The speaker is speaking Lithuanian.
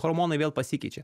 hormonai vėl pasikeičia